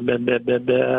be be be be